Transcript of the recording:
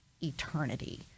eternity